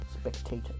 spectator